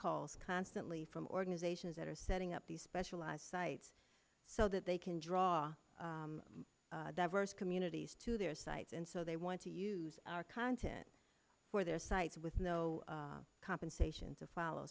calls constantly from organizations that are setting up these specialized sites so that they can draw diverse communities to their sites and so they want to use our content for their sites with no compensation to follow